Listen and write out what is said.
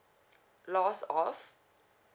lost of